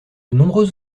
nombreux